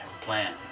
plan